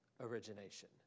origination